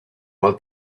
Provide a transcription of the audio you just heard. mal